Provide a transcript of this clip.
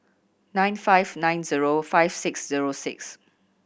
nine five nine zero five six zero six